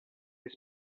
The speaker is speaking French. les